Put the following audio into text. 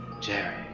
Jerry